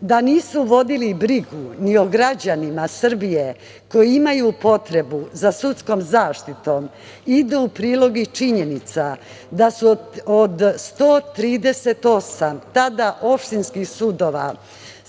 Da nisu vodili brigu ni o građanima Srbije koji imaju potrebu za sudskom zaštitom ide u prilog i činjenica da su 138 opštinskih sudova